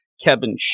Kevin